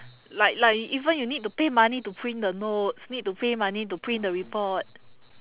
like like even you need to pay money to print the notes need to pay money to print the report